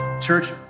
church